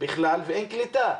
בכלל ואין קליטה.